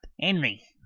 Henry